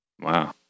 Wow